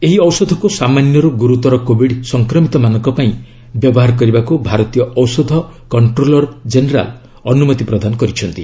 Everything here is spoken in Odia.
ଏହି ଔଷଧକୁ ସାମାନ୍ୟରୁ ଗୁରୁତର କୋବିଡ୍ ସଂକ୍ରମିତମାନଙ୍କ ପାଇଁ ବ୍ୟବହାର କରିବାକୁ ଭାରତୀୟ ଔଷଧ କଷ୍ଟ୍ରୋଲୋର ଜେନେରାଲ୍ ଅନୁମତି ପ୍ରଦାନ କରିଛନ୍ତି